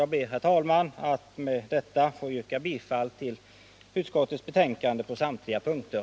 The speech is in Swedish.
Jag ber, herr talman, att få yrka bifall till utskottets hemställan på samtliga punkter.